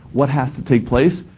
what has to take place?